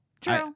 True